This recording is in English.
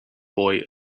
boy